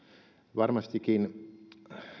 varmastikin